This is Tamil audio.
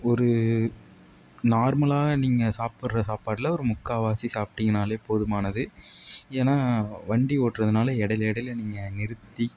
ஒரு நார்மலாக நீங்கள் சாப்பிட்ற சாப்பாட்டில் ஒரு முக்கால்வாசி சாப்பிட்டீங்கனாலே போதுமானது ஏன்னால் வண்டி ஓட்டுறதுனால இடையில இடையில நீங்கள் நிறுத்தி